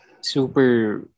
super